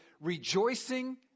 Rejoicing